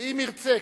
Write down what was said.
ואם ירצה,